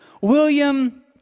William